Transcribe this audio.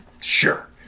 Sure